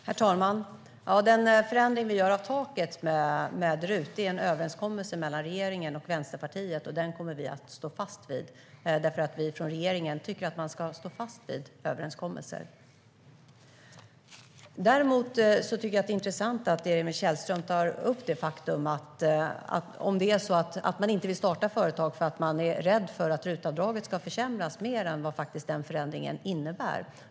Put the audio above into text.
Herr talman! Den förändring vi gör av taket i RUT är en överenskommelse mellan regeringen och Vänsterpartiet. Den kommer vi att stå fast vid. Vi från regeringen tycker att man ska stå fast vid överenskommelser. Däremot är det intressant att Emil Källström tar upp det faktum att människor inte vill starta företag därför att de är rädda för att RUT-avdraget ska försämras mer än vad förändringen innebär.